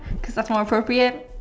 cause it's more appropriate